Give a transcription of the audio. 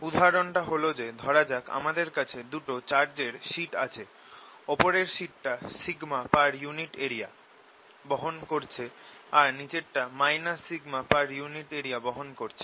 উদাহরণটা হল যে ধরা যাক আমাদের কাছে দুটো চার্জ এর শিট আছে ওপরের শিটটা σ পার ইউনিট এরিয়া বহন করছে আর নিচেরটা -σ পার ইউনিট এরিয়া বহন করছে